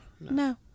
No